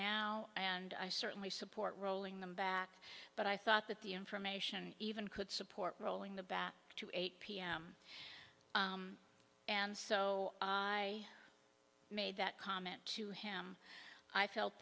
now and i certainly support rolling them back but i thought that the information even could support rolling the back to eight pm and so i made that comment to him i felt